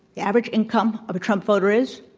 the average income of a trump voter is?